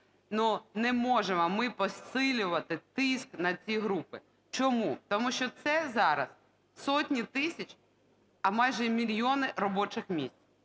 Ну, не можемо ми посилювати тиск на ці групи. Чому? Тому що це зараз сотні тисяч, а майже мільйони, робочих місць.